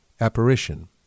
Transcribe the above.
apparition